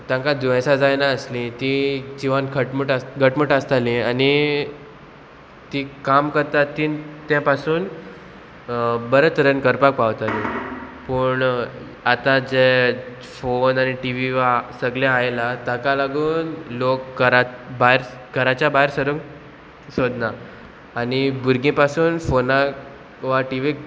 तांकां दुयेंसां जायनासलीं ती जिवन खटमूट आस घटमूट आसताली आनी ती काम करता तीन ते पासून बरे तरेन करपाक पावताली पूण आतां जे फोन आनी टि वी वा सगळें आयला ताका लागून लोक घरांत भायर घराच्या भायर सरूंक सोदना आनी भुरगीं पासून फोना वा टीव्हीक